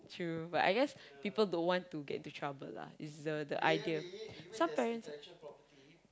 true but I guess people don't want to get into trouble lah it's the the idea some parents